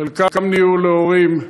חלקם נהיו להורים,